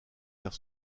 vers